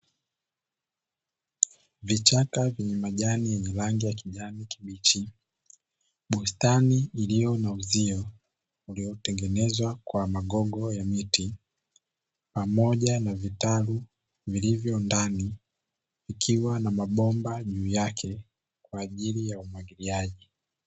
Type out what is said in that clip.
Vichaka vyenye majani yenye rangi ya kijani kibichi, bustani iliyo na uzio uliotengenezwa kwa magogo ya miti, pamoja na vitalu vilivyo ndani, vikiwa na mabomba juu yake, kwa ajili ya umwagiliaji.